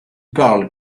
parle